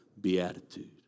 beatitude